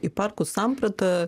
į parkų sampratą